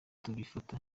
tubifata